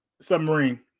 Submarine